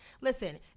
Listen